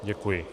Děkuji.